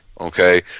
okay